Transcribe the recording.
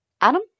Adam